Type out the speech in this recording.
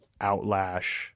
outlash